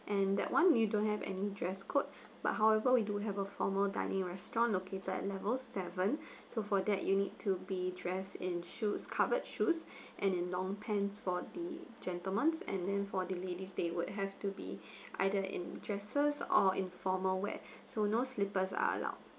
and that one you don't have any dress code but however we do have a formal dining restaurant located at level seven so for that you need to be dressed in shoes covered shoes and a long pants for the gentlemen's and then for the ladies they would have to be either in dresses or informal wear so no slippers are allowed